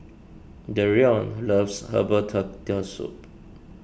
Dereon loves Herbal Turtle Soup